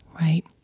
right